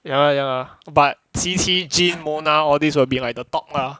ya lah ya lah but qiqi jean mona all this will be like the top lah